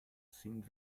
sind